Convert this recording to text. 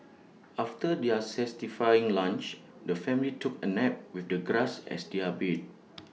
after their lunch the family took A nap with the grass as their bed